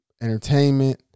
entertainment